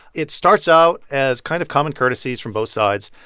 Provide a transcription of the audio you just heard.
it starts out as kind of common courtesies from both sides.